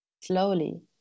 Slowly